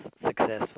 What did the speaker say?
successful